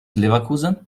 leverkusen